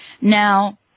Now